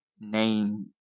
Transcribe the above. name